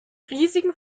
riesigen